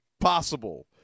possible